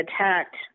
attacked